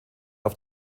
auf